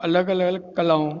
अलॻि अलॻि अलॻि कलाऊं